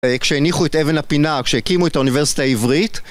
כשהניחו את אבן הפינה, כשהקימו את האוניברסיטה העברית